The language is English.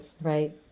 right